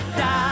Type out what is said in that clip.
die